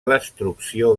destrucció